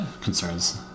concerns